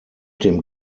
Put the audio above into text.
dem